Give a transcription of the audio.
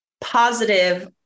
positive